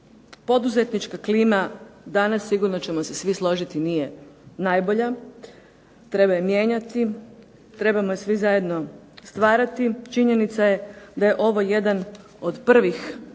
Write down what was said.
Poduzetnička klima danas sigurno ćemo se svi složiti nije najbolja. Treba je mijenjati, trebamo je svi zajedno stvarati. Činjenica je da je ovo jedan od prvih